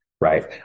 Right